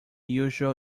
usual